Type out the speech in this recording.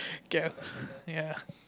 okay lah ya